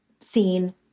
seen